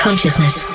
Consciousness